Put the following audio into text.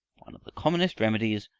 one of the commonest remedies,